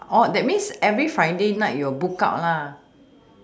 oh that means every friday night you will book out lah